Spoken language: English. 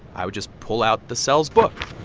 i would just pull out the cells book oh,